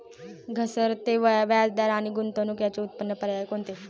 घसरते व्याजदर आणि गुंतवणूक याचे उत्तम पर्याय कोणते?